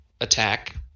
attack